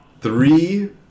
three